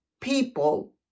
people